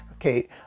okay